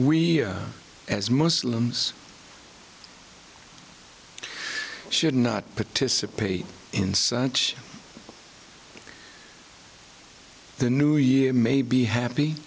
we as muslims should not participate in such the new year may be happy